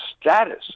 status